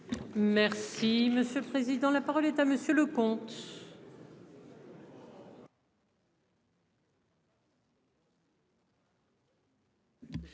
Merci monsieur le président. La parole est à monsieur le Leconte.